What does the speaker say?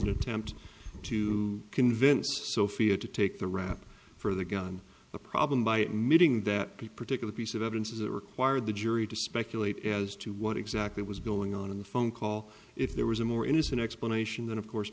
an attempt to convince sophia to take the rap for the gun the problem by admitting that the particular piece of evidence is it required the jury to speculate as to what exactly was going on in the phone call if there was a more innocent explanation than of course